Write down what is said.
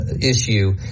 issue